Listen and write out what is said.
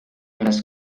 las